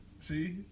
See